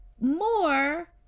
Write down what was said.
more